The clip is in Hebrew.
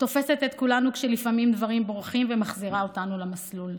תופסת את כולנו כשלפעמים דברים בורחים ומחזירה אותנו למסלול.